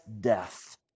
death